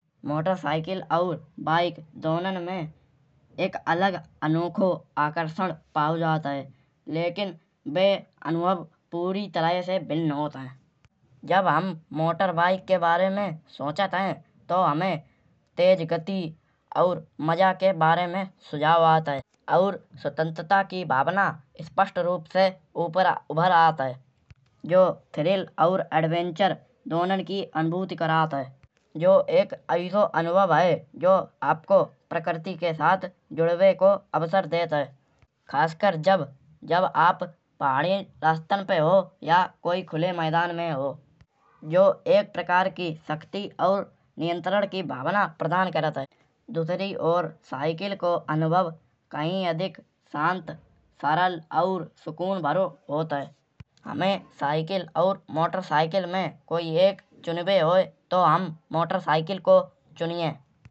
मोटरसाइकिल और बाइक दोनों में एक अलग अनोखा आकर्षण पाओ जात है। लेकिन वे अनुभव पूरी तरह से भिन्न होत है। जब हम मोटरबाइक के बारे में सोचत है। तौ हमायें तेज गति और मजा के बारे में सुझाव आत है। और स्वतंत्रता की भावना स्पष्ट रूप से ऊपर उभर आत है। जो थ्रिल और एडवेंचर दोनों की अनुभूति करात है। जौ एक ऐसो अनुभव है। जो आपको प्रकृति के साथ जुड़े को अवसर देत है। खासकर जब जब आप पहाड़ी रास्तन पर हो। या कोई खुले मैदान में हो। जौ एक प्रकार की शक्ति और नियंत्रण की भावना प्रदान करात है। दूसरी ओर साइकिल की अनुभव कई अधिक शांत सरल और सुकून भरो होत है। हुमें साइकिल और मोटरसाइकिल में कोई एक चुनिवे होए। तौ हम मोटर साइकिल को चुनिये।